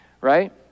right